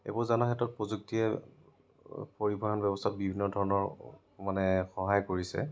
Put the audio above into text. এইবোৰ জনাৰ ক্ষেত্ৰত প্ৰযুক্তিয়ে পৰিবহন ব্যৱস্থাত বিভিন্ন ধৰণৰ মানে সহায় কৰিছে